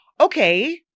okay